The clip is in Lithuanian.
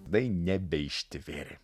dai nebeištvėrė